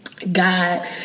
God